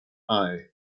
eye